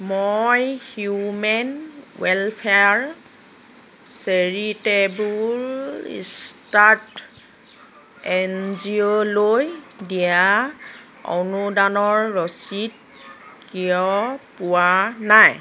মই human welfare charitable start N G O লৈ দিয়া অনুদানৰ ৰচিদ কিয় পোৱা নাই